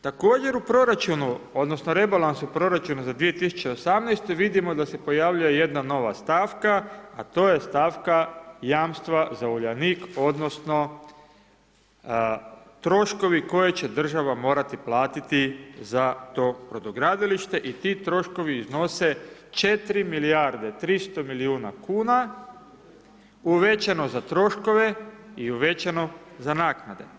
Također, u proračunu odnosno rebalansu proračuna za 2018. vidimo da se pojavljuje jedan nova stavka a to je stavka jamstva za Uljanik odnosno troškovi koje će država morati platiti za to brodogradilište i ti troškovi iznose 4 milijarde 300 milijuna kuna uvećano za troškove i uvećano za naknade.